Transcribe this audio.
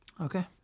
Okay